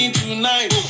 tonight